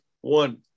one